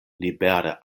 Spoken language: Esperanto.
libere